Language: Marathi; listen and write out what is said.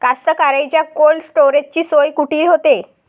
कास्तकाराइच्या कोल्ड स्टोरेजची सोय कुटी होते?